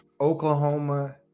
Oklahoma